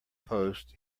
post